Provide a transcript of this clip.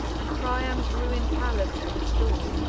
and priam's ruin'd palace to restore.